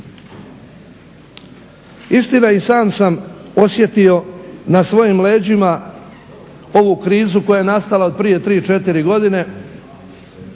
Istina i sam sam osjetio na svojim leđima ovu krizu koja je nastala od prije tri,